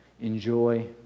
enjoy